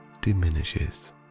diminishes